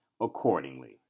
accordingly